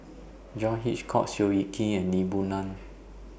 John Hitchcock Seow Yit Kin and Lee Boon Ngan